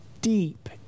deep